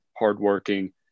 hardworking